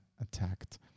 attacked